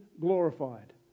glorified